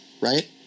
right